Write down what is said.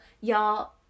Y'all